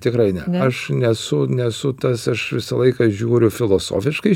tikrai ne aš nesu nesu tas aš visą laiką žiūriu filosofiškai